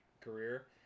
career